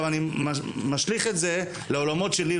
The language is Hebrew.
אני משליך את זה לעולמות שלי,